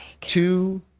two